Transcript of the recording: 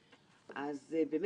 שהיא מחליטה לקחת יועץ